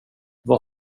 vad